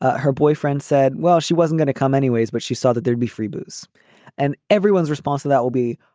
her boyfriend said, well, she wasn't gonna come anyways, but she saw that there'd be free booze and everyone's response to that will be,